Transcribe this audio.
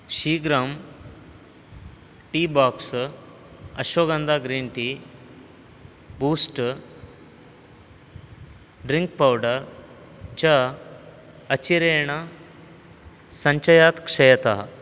शीघ्रं tea box ashwagandha green tea boost drink powder च अचिरेण सञ्चयात् क्षयतः